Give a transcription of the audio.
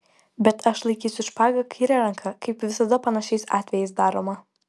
bet aš laikysiu špagą kaire ranka kaip kad visada panašiais atvejais daroma